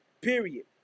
period